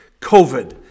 COVID